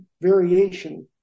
variation